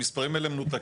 אני מסכים איתו.